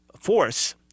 force